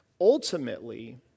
Ultimately